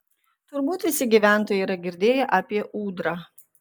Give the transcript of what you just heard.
turbūt visi gyventojai yra girdėję apie ūdrą